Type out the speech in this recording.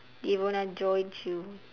devona joy chew